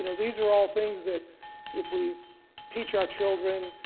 you know these are all things that if we teach our children,